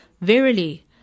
verily